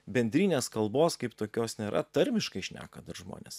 bendrinės kalbos kaip tokios nėra tarmiškai šneka dar žmonės